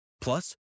Plus